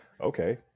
Okay